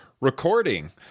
recording